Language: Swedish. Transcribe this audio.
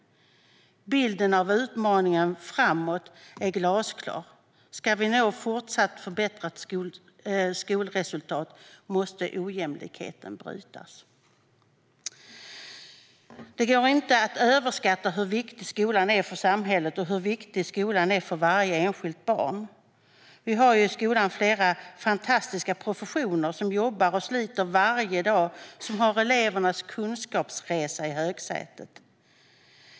Bilden av utmaningen framåt är glasklar: Ska vi nå fortsatt förbättrade skolresultat måste ojämlikheten brytas. Det går inte att överskatta hur viktig skolan är för samhället och hur viktig skolan är för varje enskilt barn. Vi har i skolan flera fantastiska professioner som jobbar och sliter varje dag och som har elevernas kunskapsresa i högsätet.